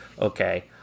okay